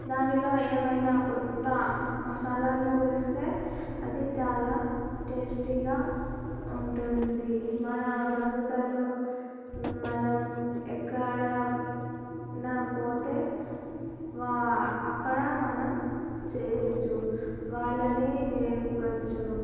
దానిలో ఏమైనా కొత్త మసాలాలు వేస్తే అది చాలా టేస్టీగా ఉంటుంది మన బంధువులతో మనం ఎక్కడన్నా పోతే వా అక్కడ మనం చేయవచ్చు వాళ్ళని నేర్పవచ్చు